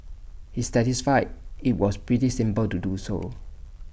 he testified IT was pretty simple to do so